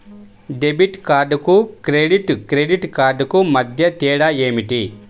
Debit కార్డుకు credit credit కార్డుకు మధ్య తేడా ఏమిటీ?